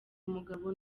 umugabo